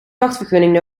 jachtvergunning